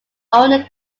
owned